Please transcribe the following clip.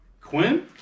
Quinn